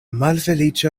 malfeliĉa